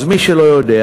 אז מי שלא יודע,